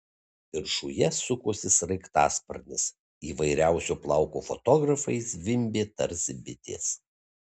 viršuje sukosi sraigtasparnis įvairiausio plauko fotografai zvimbė tarsi bitės